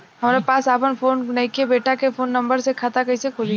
हमरा पास आपन फोन नईखे बेटा के फोन नंबर से खाता कइसे खुली?